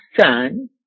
son